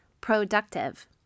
productive